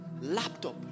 laptop